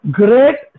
great